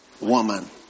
woman